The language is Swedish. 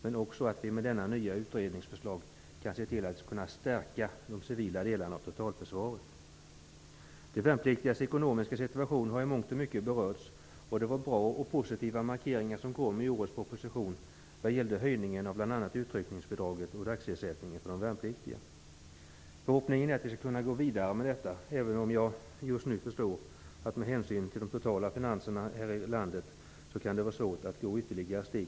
I och med detta utredningsförslag kan de civila delarna av totalförsvaret stärkas. De värnpliktigas ekonomiska situation har berörts. Årets proposition innehåller bra och positiva markeringar när det gällde bl.a. höjningen av utryckningsbidraget och av dagsersättningen för de värnpliktiga. Förhoppningen är att vi skall kunna gå vidare med detta, även om jag just nu förstår att det med hänsyn till de totala finanserna i landet kan vara svårt att ta ytterligare steg.